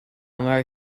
mor